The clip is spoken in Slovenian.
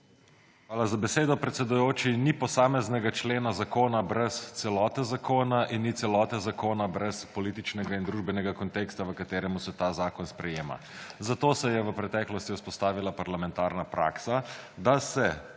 Hvala za besedo, predsedujoči. Ni posameznega člena zakona brez celote zakona in ni celote zakona brez političnega in družbenega konteksta, v katerem se ta zakon sprejema. Zato se je v preteklosti vzpostavila parlamentarna praksa, da se